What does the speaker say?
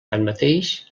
tanmateix